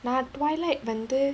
நா:naa twilight வந்து:vandhu